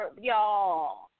y'all